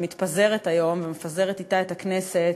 שמתפזרת היום ומפזרת אתה את הכנסת,